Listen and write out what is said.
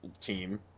team